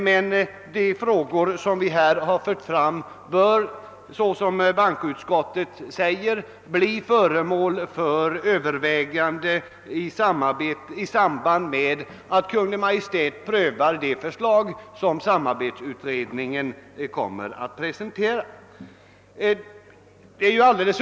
Men de frågor vi har aktualiserat bör, som också utskottet framhåller, bli föremål för övervägande i samband med att Kungl. Maj:t prövar de förslag som utredningen kommer att framlägga.